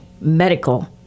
medical